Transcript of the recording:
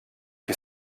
che